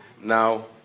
Now